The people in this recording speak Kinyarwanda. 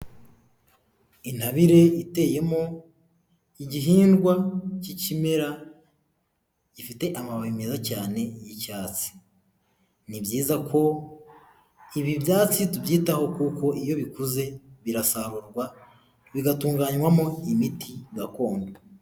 Intabire iteyemo igihingwa cy'ikimera gifite amababi meza cyane y'icyatsi. Ni byiza ko ibi byatsi tubyitaho kuko iyo bikuze birasarurwa, bigatunganywamo imiti gakondo.